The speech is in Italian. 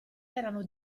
erano